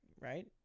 right